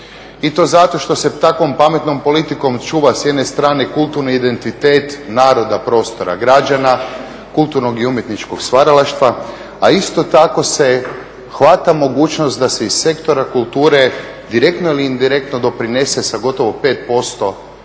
I to zato što se takvom pametnom politikom čuva s jedne strane kulturni identitet naroda, prostora, građana, kulturnog i umjetničkog stvaralaštva, a isto tako se hvata mogućnost da se iz sektora kulture direktno ili indirektno doprinese sa gotovo 5%